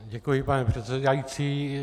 Děkuji, pane předsedající.